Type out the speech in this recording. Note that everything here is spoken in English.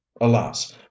Alas